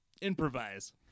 improvise